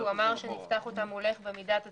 והוא אמר שנפתח אותם מולך במידת הצורך.